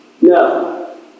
No